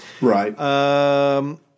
Right